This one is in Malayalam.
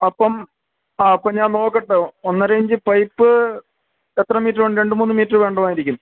അപ്പം അപ്പം ഞാൻ നോക്കട്ടെ ഒന്നര ഇഞ്ച് പൈപ്പ് എത്ര മീറ്റർ വേണ്ട രണ്ട് മൂന്ന് മീറ്റർ വേണമായിരിക്കും